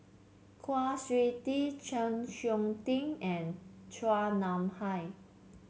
Kwa Siew Tee Chng Seok Tin and Chua Nam Hai